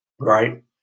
Right